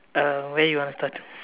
uh where you want to start